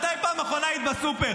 מיכל, מתי פעם אחרונה היית בסופר?